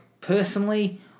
personally